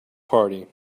party